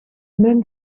men